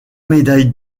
médaille